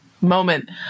moment